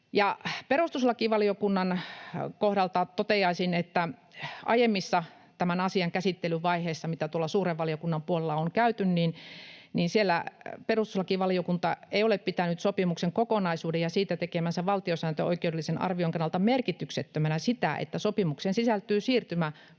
Perustuslakivaliokunnan kohdalta toteaisin, että aiemmissa tämän asian käsittelyn vaiheissa, mitä tuolla suuren valiokunnan puolella on käyty, perustuslakivaliokunta ei ole pitänyt sopimuksen kokonaisuuden ja siitä tekemänsä valtiosääntöoikeudellisen arvion kannalta merkityksettömänä sitä, että sopimukseen sisältyy siirtymäkautta